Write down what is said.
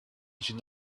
should